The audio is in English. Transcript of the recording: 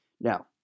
Now